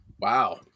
Wow